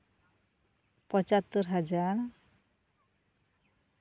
ᱯᱚᱸᱪᱟᱛᱛᱳᱨ ᱦᱟᱡᱟᱨ